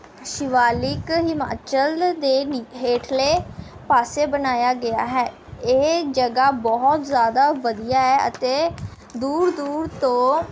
ਸ਼ਿਵਾਲਿਕ ਹਿਮਾਚਲ ਦੇ ਹੇਠਲੇ ਪਾਸੇ ਬਣਾਇਆ ਗਿਆ ਹੈ ਇਹ ਜਗ੍ਹਾ ਬਹੁਤ ਜ਼ਿਆਦਾ ਵਧੀਆ ਹੈ ਅਤੇ ਦੂਰ ਦੂਰ ਤੋਂ